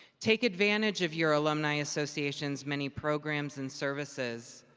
take advantage of your alumni association's many programs and services.